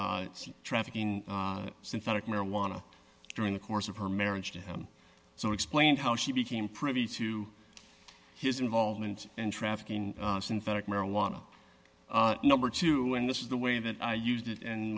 and trafficking synthetic marijuana during the course of her marriage to him so explain how she became privy to his involvement in trafficking synthetic marijuana number two and this is the way that i used it and